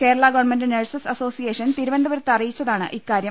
Kerala government nurses association തിരുവനന്തപൂരത്ത് അറിയി ച്ചതാണ് ഇക്കാര്യം